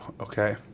okay